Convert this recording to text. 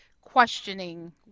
questioning